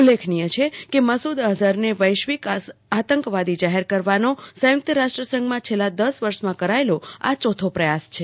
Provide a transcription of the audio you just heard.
ઉલ્લેખનીય છે કેમસુદ અઝહરને વૈશ્વિક આતંકવાદી જાહેર કરવાનો સંયુક્ત રાષ્ટ્રસંઘમાં છેલ્લા દસ વર્ષમાં કરાયેલો આ ચોથો પ્રયાસ છે